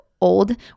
old